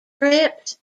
trips